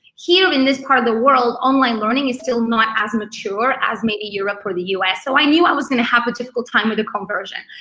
here in this part of the world, online learning is still not as mature, as maybe europe or the us. so i knew i was gonna have a difficult time with a conversion.